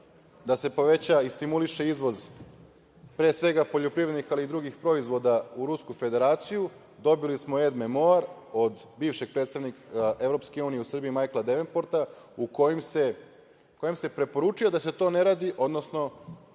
da se poveća i stimuliše izvoz pre svega poljoprivrednih, ali i drugih proizvoda u Rusku Federaciju, dobili smo ed-memoar od bivšeg predstavnika Evropske unije u Srbiji Majkla Devenporta u kojem se preporučuje da se to ne radi, odnosno